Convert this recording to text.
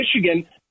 Michigan